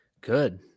good